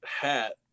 hat